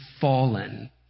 fallen